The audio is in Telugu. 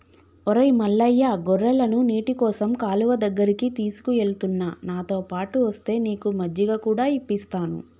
ఒరై మల్లయ్య గొర్రెలను నీటికోసం కాలువ దగ్గరికి తీసుకుఎలుతున్న నాతోపాటు ఒస్తే నీకు మజ్జిగ కూడా ఇప్పిస్తాను